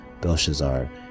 Belshazzar